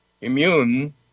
immune